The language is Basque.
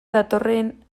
datorren